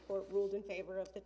court ruled in favor of the